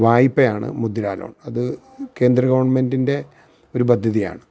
വായ്പയാണ് Mudra loan അത് കേന്ദ്രഗവണ്മെന്റിന്റെ ഒരു പദ്ധതിയാണ്